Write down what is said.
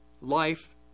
life